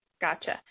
Gotcha